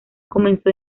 comenzó